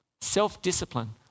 Self-discipline